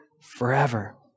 forever